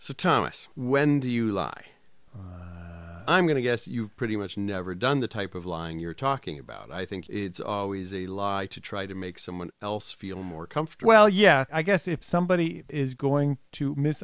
so thomas when do you live i'm going to guess you've pretty much never done the type of line you're talking about i think it's always a lie to try to make someone else feel more comfort well yeah i guess if somebody is going to mis